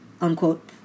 unquote